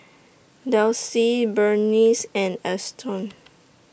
Delsie Berniece and Alston